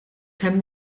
kemm